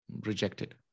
rejected